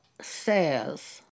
Says